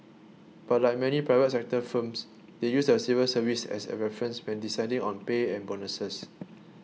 but like many private sector firms they use the civil service as a reference when deciding on pay and bonuses